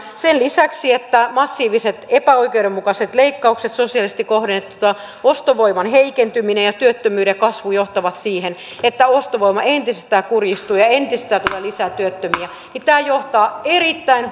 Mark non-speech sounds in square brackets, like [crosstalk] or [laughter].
ja lisäksi massiiviset epäoikeudenmukaiset leikkaukset sosiaalisesti kohdennettuina ostovoiman heikentyminen ja työttömyyden kasvu ne johtavat siihen että ostovoima entisestään kurjistuu ja ja entisestään tulee lisää työttömiä ja tämä johtaa erittäin [unintelligible]